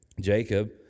Jacob